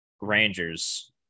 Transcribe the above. Rangers